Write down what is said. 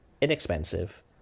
inexpensive